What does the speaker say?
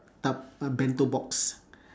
tup~ a bento box